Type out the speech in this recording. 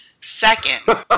Second